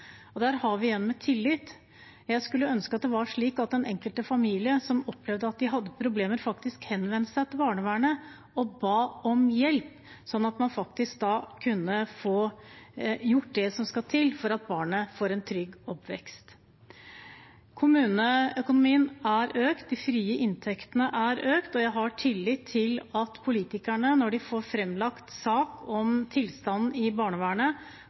Og der har vi igjen dette med tillit. Jeg skulle ønske det var slik at den enkelte familie som opplevde at de hadde problemer, faktisk henvendte seg til barnevernet og ba om hjelp, slik at man faktisk kunne få gjort det som skal til for at barnet får en trygg oppvekst. Kommuneøkonomien er økt, de frie inntektene er økt, og jeg har tillit til at politikerne, når de får fremlagt en sak om tilstanden i barnevernet,